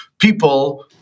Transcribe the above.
people